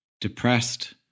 depressed